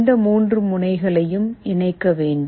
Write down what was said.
இந்த 3 முனைகளையும் இணைக்க வேண்டும்